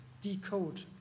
Decode